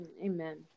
Amen